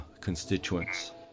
constituents